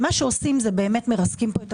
מה שעושים מרסקים את הכלכלה,